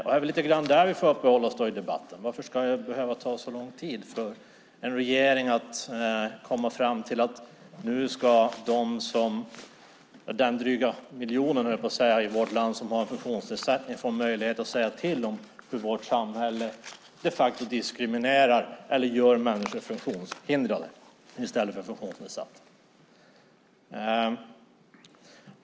Det är väl lite grann här vi får uppehålla oss i debatten. Varför ska det behöva ta så lång tid för en regering att komma fram till att nu ska den dryga miljonen i vårt land som har en funktionsnedsättning få en möjlighet att tycka till om att vårt samhälle de facto diskriminerar eller gör människor funktionshindrade i stället för funktionsnedsatta?